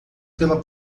pela